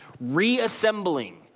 reassembling